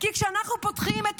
כי כשאנחנו פותחים את